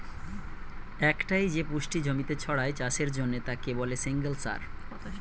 একটাই যে পুষ্টি জমিতে ছড়ায় চাষের জন্যে তাকে বলে সিঙ্গল সার